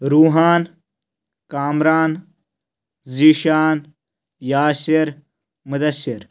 Ruhan Kamran Zeeshan Yasir Mudasir